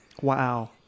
Wow